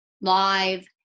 live